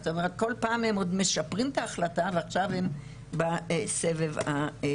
זאת אומרת כל פעם הם עוד משפרים את ההחלטה ועכשיו הם בסבב הרביעי.